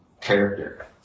Character